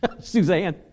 Suzanne